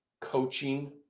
coaching